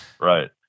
Right